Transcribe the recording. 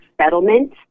settlement